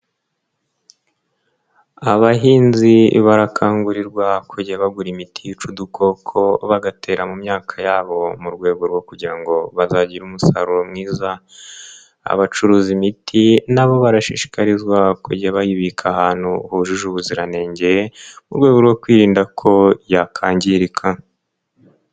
Abahinzi barakangurirwa kujya bagura imiti yica udukoko bagatera mu myaka yabo mu rwego rwo kugira ngo bazagire umusaruro mwiza, abacuruza imiti na bo barashishikarizwa kujya bayibika ahantu hujuje ubuziranenge, mu rwego rwo kwirinda ko yakangirika.